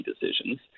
decisions